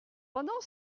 pendant